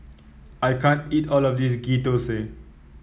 I can't eat all of this Ghee Thosai